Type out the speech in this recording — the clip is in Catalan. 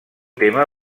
tema